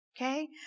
Okay